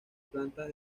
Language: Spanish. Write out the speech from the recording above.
plantas